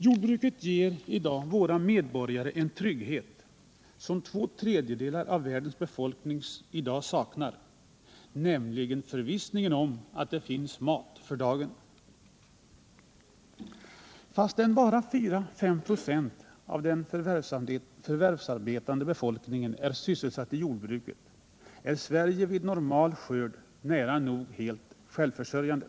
Jordbruket ger i dag medborgarna en trygghet som två tredjedelar av världens befolkning f. n. saknar, nämligen förvissningen om att det finns mat för dagen. Fastän bara 4-5 96 av den förvärvsarbetande befolkningen är sysselsatt = Nr 54 i jordbruket, är Sverige vid normalskörd nära nog helt självförsörjande.